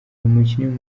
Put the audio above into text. umukinnyi